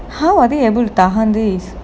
how are they able tahan this